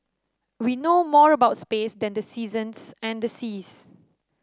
we know more about space than the seasons and the seas